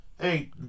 hey